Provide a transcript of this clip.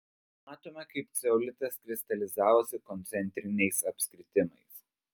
matome kaip ceolitas kristalizavosi koncentriniais apskritimais